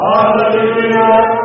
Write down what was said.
Hallelujah